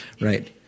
Right